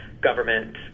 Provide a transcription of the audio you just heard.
government